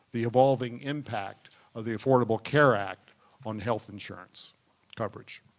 the evolving impact of the affordable care act on health insurance coverage.